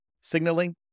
signaling